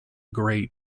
grate